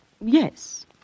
Yes